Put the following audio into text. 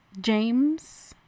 James